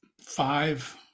five